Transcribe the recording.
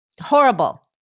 horrible